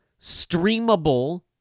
streamable